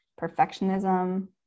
perfectionism